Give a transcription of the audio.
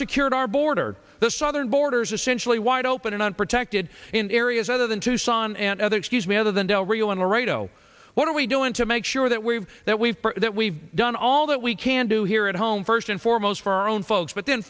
secured our border the southern borders essentially wide open and unprotected in areas other than tucson and other excuse me other than del rio and righto what are we doing to make sure that we've that we've that we've done all that we can do here at home first and foremost for our own folks but then